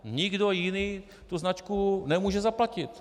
Nikdo jiný značku nemůže zaplatit.